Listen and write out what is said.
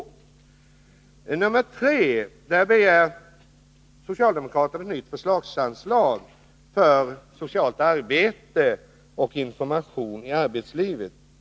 I reservation 3 begär socialdemokraterna ett nytt förslagsanslag för socialt arbete och information i arbetslivet.